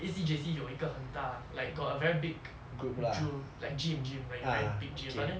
A_C J_C 有一个很大 like got a very big joo~ like gym gym like very big gym but then